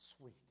sweet